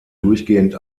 durchgehend